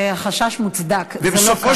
החשש מוצדק, זה לא כך.